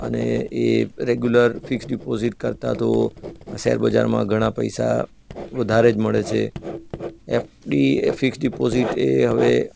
અને એ regular fixed deposit કરતાં તો શેરબજારમાં ઘણા પૈસા વધારે જ મળે છે એફ ડી ફિક્સ ડિપોઝીટ એ હવે